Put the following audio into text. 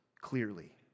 clearly